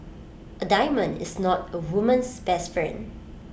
A diamond is not A woman's best friend